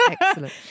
excellent